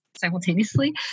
simultaneously